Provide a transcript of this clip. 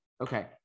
Okay